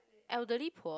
elderly poor